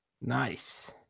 Nice